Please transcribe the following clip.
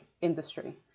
industry